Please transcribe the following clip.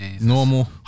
Normal